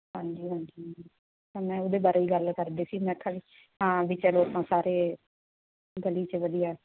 ਹਾਂਜੀ ਹਾਂਜੀ ਤਾਂ ਮੈਂ ਉਹਦੇ ਬਾਰੇ ਗੱਲ ਕਰਦੀ ਸੀ ਮੈਂਖਾਂ ਵੀ ਤਾਂ ਵੀ ਚਲੋ ਆਪਾਂ ਸਾਰੇ ਗਲੀ 'ਚ ਵਧੀਆ